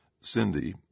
Cindy